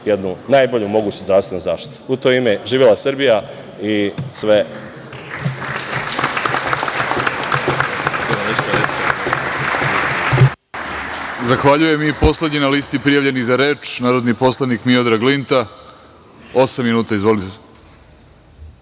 imaju najbolju moguću zdravstvenu zaštitu.U to ime, živela Srbija!